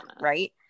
right